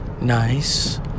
Nice